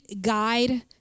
guide